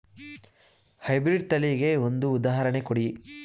High breed ತಳಿಗೆ ಒಂದು ಉದಾಹರಣೆ ಕೊಡಿ?